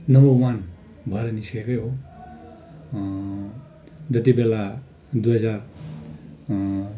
number one भएर निस्केकै हो जति बेला दुई हजार